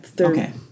Okay